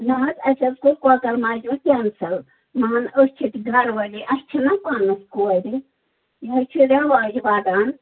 نہَ حظ اَسہِ حظ کوٚر کۄکر مجمہٕ کٮ۪نسل مان أسۍ چھِ ییٚتہِ گرٕ واجیٚنۍ اَسہِ چھےٚ نا پانس کورِ یہِ حظ چھُ رٮ۪واج ودان